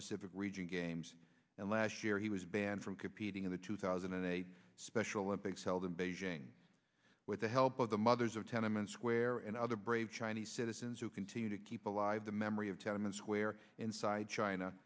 pacific region games and last year he was banned from competing in the two thousand and eight special olympics held in beijing with the help of the mothers of tenement square and other brave chinese citizens who continue to keep alive the memory of telling us where inside china